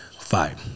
fight